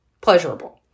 pleasurable